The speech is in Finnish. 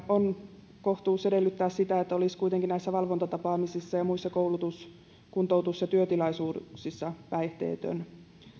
on kohtuus edellyttää sitä että olisi kuitenkin näissä valvontatapaamisissa ja muissa koulutus kuntoutus ja työtilaisuuksissa päihteetön